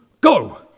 go